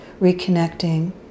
reconnecting